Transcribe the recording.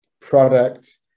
product